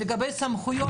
לגבי סמכויות,